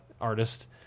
artist